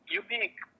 unique